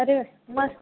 अरे मस्